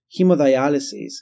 hemodialysis